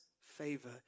favor